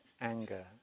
anger